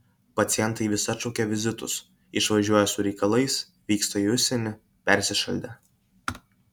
pacientai vis atšaukia vizitus išvažiuoją su reikalais vykstą į užsienį persišaldę